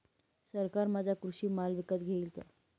सरकार माझा कृषी माल विकत घेईल का?